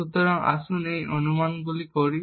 সুতরাং আমরা এই অনুমানগুলি করি